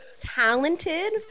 talented